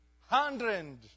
Hundred